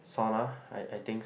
sauna I I think